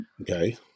Okay